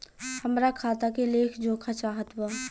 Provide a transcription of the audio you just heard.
हमरा खाता के लेख जोखा चाहत बा?